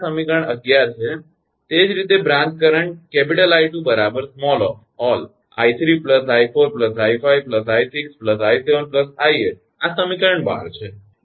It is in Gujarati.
તેથી આ સમીકરણ 11 છે તે જ રીતે બ્રાંચ કરંટ 𝐼2 𝑖3 𝑖4 𝑖5 𝑖6 𝑖7 𝑖8 આ સમીકરણ 12 છે